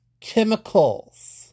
chemicals